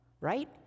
Right